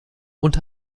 und